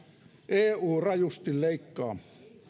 eu rajusti leikkaa